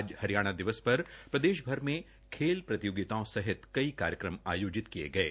आज हरियाणा दिवस पर प्रदेश भर में खेल प्रतियोगितायें सहित कार्यक्रम आयोजित किये गये